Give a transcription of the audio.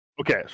Okay